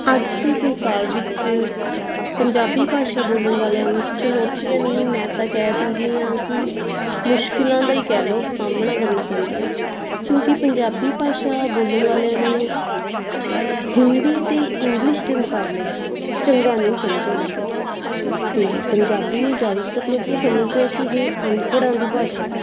ਅੱਜ ਦੇ ਸੰਸਾਰ ਵਿੱਚ ਪੰਜਾਬੀ ਭਾਸ਼ਾ ਬੋਲਣ ਵਾਲਿਆਂ ਨੂੰ ਚੁਣੌਤੀਆਂ ਨਹੀਂ ਮੈ ਤਾਂ ਕਹਿ ਦਿੰਦੀ ਹਾਂ ਕਿ ਮੁਸ਼ਕਿਲਾਂ ਦਾ ਹੀ ਕਹਿ ਲਓ ਸਾਹਮਣਾ ਕਰਨਾ ਪੈਂਦਾ ਕਿਉਂਕਿ ਪੰਜਾਬੀ ਭਾਸ਼ਾ ਬੋਲਣ ਵਾਲਿਆਂ ਨੂੰ ਹਿੰਦੀ ਅਤੇ ਇੰਗਲਿਸ਼ ਦੇ ਮੁਕਾਬਲੇ ਚੰਗਾ ਨਹੀਂ ਸਮਝਿਆ ਜਾਂਦਾ ਅਤੇ ਪੰਜਾਬੀ ਨੂੰ ਜ਼ਿਆਦਾਤਰ ਲੋਕ ਸਮਝਦੇ ਆ ਕਿ ਇਹ ਅਨਪੜ੍ਹਾਂ ਦੀ ਭਾਸ਼ਾ